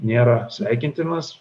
nėra sveikintinas